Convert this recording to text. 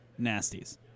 nasties